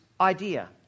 idea